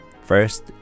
First